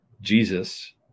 Jesus